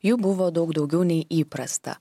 jų buvo daug daugiau nei įprasta